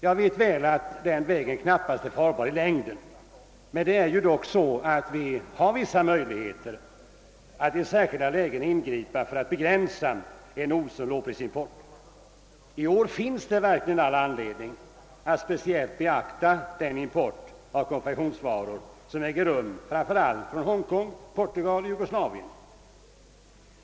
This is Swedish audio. Jag vet väl att den vägen knappast är farbar i längden, men vi har dock vissa möjligheter att i särskilda lägen ingripa för att begränsa en osund lågprisimport. I år finns det verkligen all anledning att speciellt beakta den import av konfektionsvaror som äger rum framför allt från Honsgkong, Portugal och Jugoslavien.